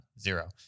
zero